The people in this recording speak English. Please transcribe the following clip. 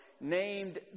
named